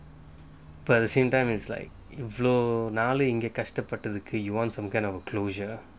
but at the same time is like இவ்வளவு நாள் இங்க கஷ்டப்பட்டதுக்கு:ivvalavu naal inga kastappattatukku you want some kind of a closure